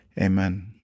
Amen